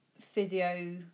physio